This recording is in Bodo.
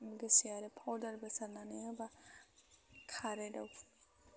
लोगोसे आरो फाउदारबो सारनानै होबा खारो दावखुमैया